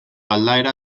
aldaera